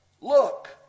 Look